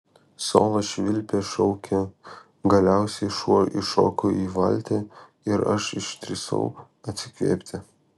solo švilpė šaukė galiausiai šuo įšoko į valtį ir aš išdrįsau atsikvėpti